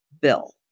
Bill